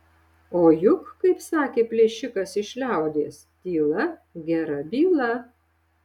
o juk kaip sakė plėšikas iš liaudies tyla gera byla